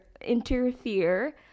interfere